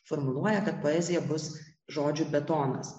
formuluoja kad poezija bus žodžių betonas